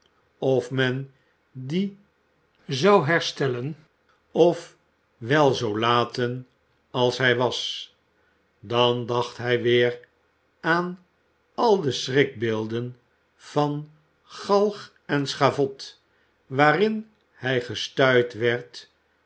of men die zou herstellen of wel zoo laten als zij was dan dacht hij weer aan al de schrikbeelden van galg en schavot waarin hij gestuit werd